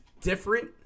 Different